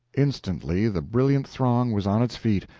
instantly the brilliant throng was on its feet,